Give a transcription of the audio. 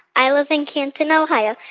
i live in canton, ohio.